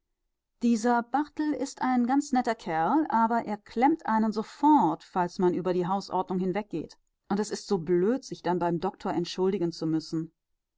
dieser barthel ist ein ganz netter kerl aber er klemmt einen sofort falls man über die hausordnung hinweggeht und es ist so blöd sich dann beim doktor entschuldigen zu müssen